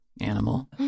animal